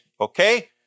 okay